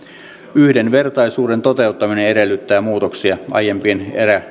yhdenvertaisuuden toteuttaminen edellyttää muutoksia aiempiin